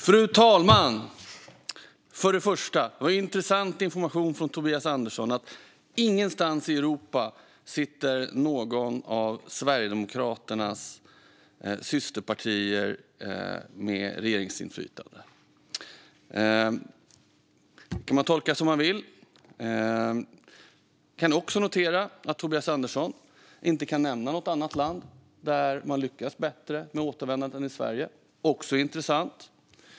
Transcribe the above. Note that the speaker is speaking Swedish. Fru talman! För det första var det intressant information från Tobias Andersson att ingenstans i Europa sitter något av Sverigedemokraternas systerpartier och har regeringsinflytande. Det kan man tolka som man vill. Jag kan också notera att Tobias Andersson inte kan nämna något annat land där man lyckats bättre med återvändandet än i Sverige - också intressant.